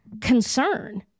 concern